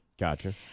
Gotcha